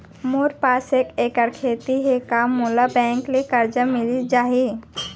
मोर पास एक एक्कड़ खेती हे का मोला बैंक ले करजा मिलिस जाही?